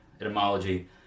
etymology